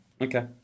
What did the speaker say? Okay